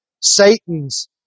Satan's